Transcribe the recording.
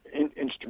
instrument